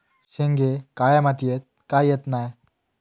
शेंगे काळ्या मातीयेत का येत नाय?